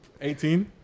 18